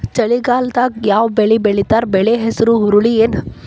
ಚಳಿಗಾಲದಾಗ್ ಯಾವ್ ಬೆಳಿ ಬೆಳಿತಾರ, ಬೆಳಿ ಹೆಸರು ಹುರುಳಿ ಏನ್?